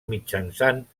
mitjançant